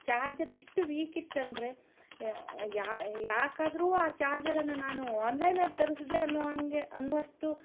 charger ಇಷ್ಟು weak ಇತ್ತಂದರೆ ಯಾಕಾದರೂ ಆ ಚಾರ್ಜರನ್ನು ನಾನು ಆನ್ಲೈನಲ್ಲಿ ತರಿಸಿದೆ ಅನ್ನೋ ಹಂಗೆ ಅನ್ನೋವಷ್ಟು